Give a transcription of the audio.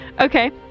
Okay